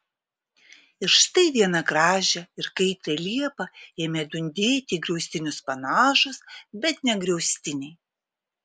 ir štai vieną gražią ir kaitrią liepą ėmė dundėti į griaustinius panašūs bet ne griaustiniai